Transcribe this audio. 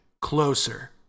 closer